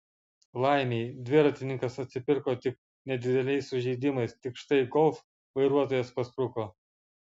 laimei dviratininkas atsipirko tik nedideliais sužeidimais tik štai golf vairuotojas paspruko